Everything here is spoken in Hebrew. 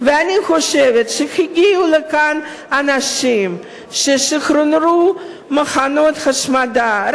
ואני חושבת שהגיעו לכאן אנשים ששחררו מחנות השמדה.